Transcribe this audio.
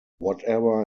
whatever